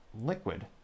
liquid